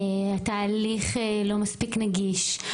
התהליך לא מספיק נגיש,